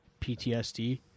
PTSD